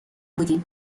بودیم